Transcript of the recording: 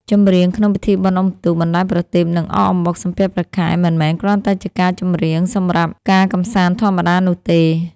ចម្រៀងក្នុងពិធីបុណ្យអុំទូក បណ្តែតប្រទីប និងអកអំបុក សំពះព្រះខែ មិនមែនគ្រាន់តែជាការចម្រៀងសម្រាប់ការកម្សាន្តធម្មតានោះទេ។